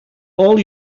all